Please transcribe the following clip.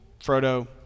Frodo